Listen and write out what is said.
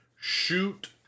shoot